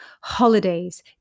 Holidays